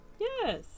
Yes